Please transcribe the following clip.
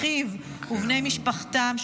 אחיו ובני משפחתם,